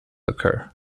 occur